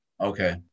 Okay